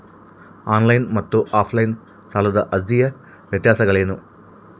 On line ಮತ್ತು offline ಸಾಲದ ಅರ್ಜಿಯ ವ್ಯತ್ಯಾಸಗಳೇನು?